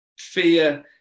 Fear